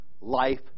life